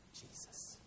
Jesus